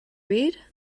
read